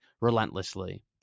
relentlessly